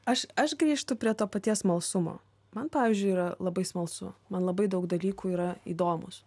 aš aš grįžtu prie to paties smalsumo man pavyzdžiui yra labai smalsu man labai daug dalykų yra įdomūs